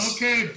Okay